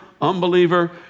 unbeliever